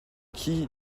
qui